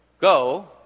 Go